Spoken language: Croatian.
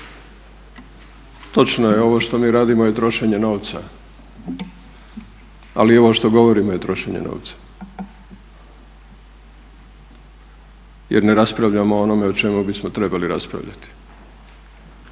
Točno je ovo što mi radimo je trošenje novca, ali i ovo što govorimo je trošenje novca jer ne raspravljamo o onome o čemu bismo trebali raspravljati.